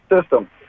system